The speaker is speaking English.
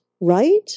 right